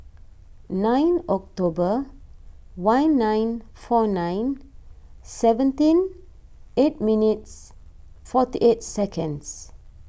nine October one nine four nine seventeen eight minutes forty eight seconds